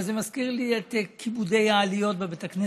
אבל זה מזכיר לי את כיבודי העליות בבית הכנסת: